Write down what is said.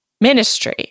ministry